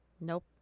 Nope